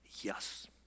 Yes